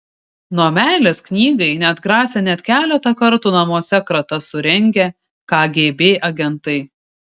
nuo meilės knygai neatgrasė net keletą kartų namuose kratas surengę kgb agentai